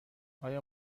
آیا